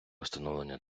встановлення